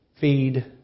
feed